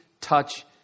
touch